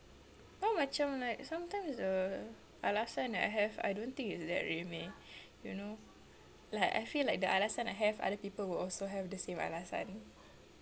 but macam like sometimes the alasan I have I don't think it's that remeh you know like I feel like the alasan I have other people will also have the same alasan